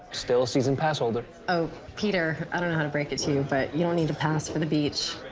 still a season pass holder. oh, peter, i don't know how to break it to you, but you don't need a pass for the beach.